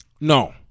No